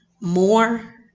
More